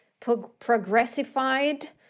progressified